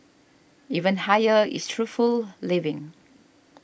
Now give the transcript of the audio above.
even higher is truthful living